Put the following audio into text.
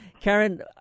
Karen